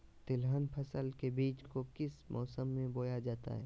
तिलहन फसल के बीज को किस मौसम में बोया जाता है?